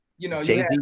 Jay-Z